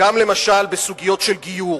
למשל גם בסוגיות של גיור,